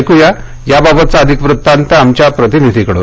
ऐकूया याबाबतचा अधिक वृत्तांत आमच्या प्रतिनिधीकडून